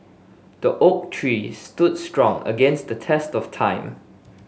the oak tree stood strong against the test of time